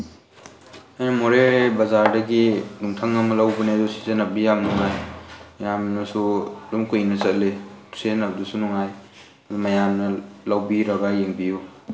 ꯑꯩꯅ ꯃꯣꯔꯦ ꯕꯖꯥꯔꯗꯒꯤ ꯅꯨꯡꯊꯪ ꯑꯃ ꯂꯧꯕꯅꯦ ꯑꯗꯨ ꯁꯤꯖꯤꯟꯅꯕ ꯌꯥꯝ ꯅꯨꯡꯉꯥꯏ ꯌꯥꯝꯅꯁꯨ ꯑꯗꯨꯝ ꯀꯨꯏꯅ ꯆꯠꯂꯤ ꯁꯤꯖꯤꯟꯅꯕꯗꯁꯨ ꯅꯨꯡꯉꯥꯏ ꯃꯌꯥꯝꯅ ꯂꯧꯕꯤꯔꯒ ꯌꯦꯡꯕꯤꯌꯨ